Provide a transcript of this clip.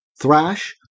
thrash